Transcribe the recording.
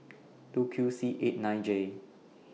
two Q C eight nine J